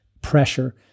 pressure